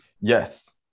yes